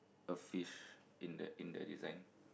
a fish in that in that design